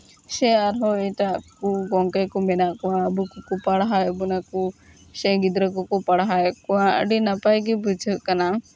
ᱥᱮ ᱟᱨᱦᱚᱸ ᱮᱴᱟᱜ ᱠᱚ ᱜᱚᱝᱠᱮ ᱢᱮᱱᱟᱜ ᱠᱚᱣᱟ ᱟᱵᱚ ᱠᱩ ᱯᱟᱲᱦᱟᱣᱮᱫ ᱵᱚᱱᱟ ᱠᱩ ᱥᱮ ᱜᱤᱫᱽᱨᱟᱹ ᱠᱚᱠᱚ ᱯᱟᱲᱦᱟᱣᱮᱫ ᱠᱚᱣᱟ ᱟᱨ ᱟᱹᱰᱤ ᱱᱟᱯᱟᱭ ᱜᱮ ᱵᱩᱡᱷᱟᱹᱜ ᱠᱟᱱᱟ